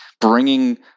bringing